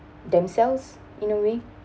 themselves in a way